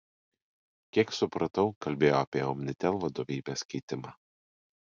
kiek supratau kalbėjo apie omnitel vadovybės keitimą